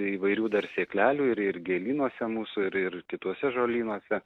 įvairių dar sėklelių ir ir gėlynuose mūsų ir ir kituose žolynuose